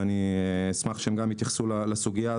ואשמח שגם הם יתייחסו לסוגיה הזאת.